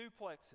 duplexes